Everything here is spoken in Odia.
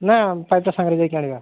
ନା ପାଇପ୍ଟା ସାଙ୍ଗରେ ଯାଇକି ଆଣିବା